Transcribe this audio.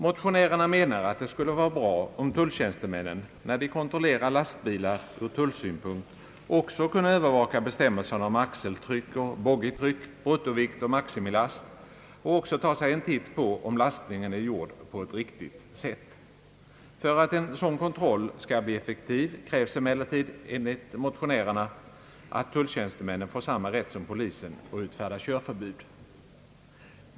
Motionärerna menar att det skulle vara bra om tulltjänstemännen, när de kontrollerar lastbilar ur tullsynpunkt, också kunde övervaka bestämmelserna om axeltryck och boggietryck, bruttovikt och maximilast och dessutom ta sig en titt på om lastningen är gjord på ett riktigt sätt. För att en sådan kontroll skall bli effektiv krävs emellertid — enligt motionärerna — att tulltjänstemännen får samma rätt som polisen att utfärda körförbud.